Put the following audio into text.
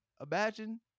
Imagine